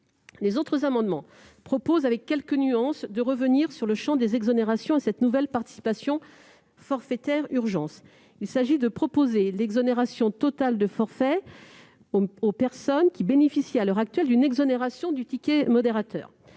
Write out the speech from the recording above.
Les autres amendements tendent, avec quelques nuances, à revenir sur le champ des exonérations à cette nouvelle participation forfaitaire « urgences ». Il s'agit de proposer l'exonération totale de forfait pour les personnes qui bénéficient à l'heure actuelle d'une exonération du ticket modérateur.